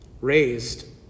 Raised